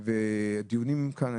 הדיונים כאן,